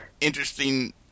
interesting